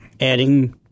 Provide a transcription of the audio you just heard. adding